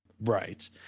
right